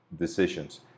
decisions